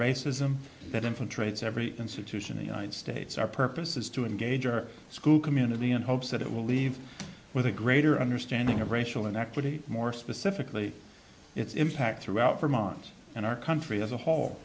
racism that infiltrates every institution in united states our purpose is to engage your school community in hopes that it will leave with a greater understanding of racial inequity more specifically its impact throughout vermont and our country as a whole